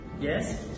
Yes